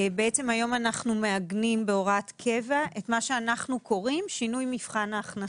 אנחנו היום מעגנים בהוראת קבע את מה שאנחנו קוראים שינוי מבחן ההכנסות.